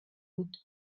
dut